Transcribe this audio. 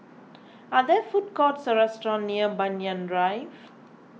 are there food courts or restaurants near Banyan Drive